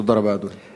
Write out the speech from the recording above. תודה רבה, אדוני.